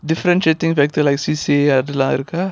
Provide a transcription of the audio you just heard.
differentiating factor like C_C_A அதுலாம் இருக்கா:athulaam irukkaa